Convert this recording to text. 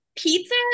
Pizza